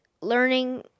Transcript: learning